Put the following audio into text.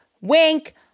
wink